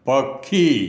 ପକ୍ଷୀ